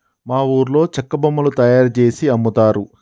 మా ఊర్లో చెక్క బొమ్మలు తయారుజేసి అమ్ముతారు